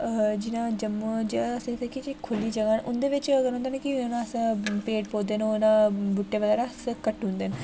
जि'यां जम्मू च असें जि'त्थें बी खु'ल्ली जगह् न उं'दे बिच अगर केह् होई जाना कि असें पेड़ पौधे न बूह्टे बगैरा अस कट्टु दे न